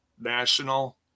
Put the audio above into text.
national